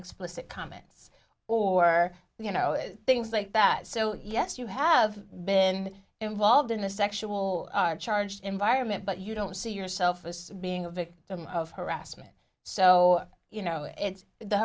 explicit comments or you know it things like that so yes you have been involved in a sexual charged environment but you don't see yourself as being a victim of harassment so you know